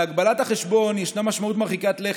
להגבלת החשבון משמעות מרחיקת לכת.